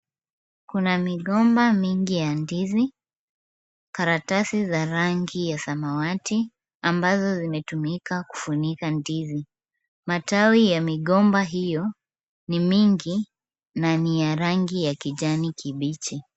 Kuna migomba mingi ya ndizi, karatasi za rangi ya samawati ambazo zimetumika kufunika ndizi. Matawi ya migomba hiyo ni mingi na ni ya rangi ya kijani kibichi.